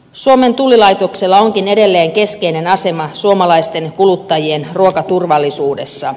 suomen tullilaitoksella onkin edelleen keskeinen asema suomalaisten kuluttajien ruokaturvallisuudessa